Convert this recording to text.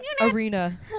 arena